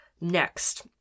Next